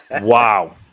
Wow